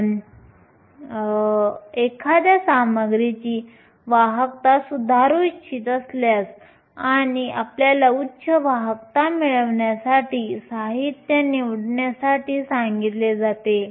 आपण एखाद्या सामग्रीची वाहकता सुधारू इच्छित असल्यास आणि आपल्याला उच्च वाहकता मिळविण्यासाठी साहित्य निवडण्यासाठी सांगितले जाते